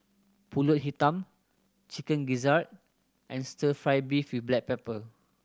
Pulut Hitam Chicken Gizzard and Stir Fry beef with black pepper